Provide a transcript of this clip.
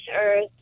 earth